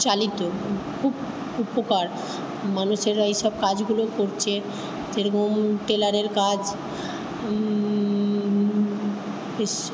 চালিত খুব উপকার মানুষেরা এই সব কাজগুলো করছে যেরকম টেলারের কাজ ইস